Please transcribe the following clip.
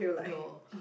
no